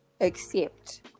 accept